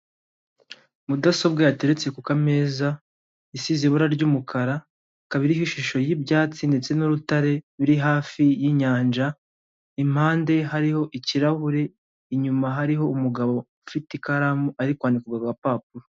Mudasobwa yateretse ku kuko ameza isize ibara ry'umukara, ikaba iriho ishusho y'ibyatsi ndetse n'urutare ruri hafi y'inyanja, impande hariho ikirahure, inyuma hariho umugabo ufite ikaramu ari kwandika ku gapapuro.